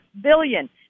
billion